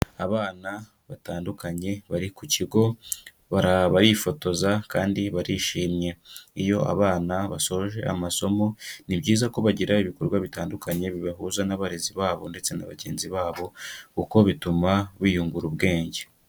Abana batandukanye bari ku kigo, barifotoza kandi barishimye. Iyo abana basoje amasomo ni byiza ko bagira ibikorwa bitandukanye bibahuza n'abarezi babo ndetse na bagenzi babo, kuko bituma biyungura ubwenge.